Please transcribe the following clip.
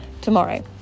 tomorrow